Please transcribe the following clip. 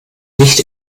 nicht